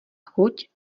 chuť